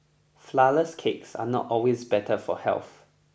flourless cakes are not always better for health